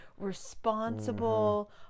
responsible